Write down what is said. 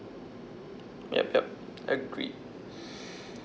yup yup agreed